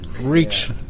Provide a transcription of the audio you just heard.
reach